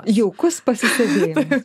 jaukus pasisėdėjimas